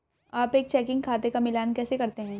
आप एक चेकिंग खाते का मिलान कैसे करते हैं?